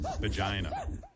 vagina